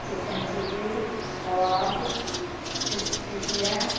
chicken chilli کباب ٹکیا